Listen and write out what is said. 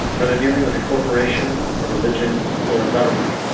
whether dealing with a corporation, a religion or a government,